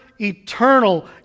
eternal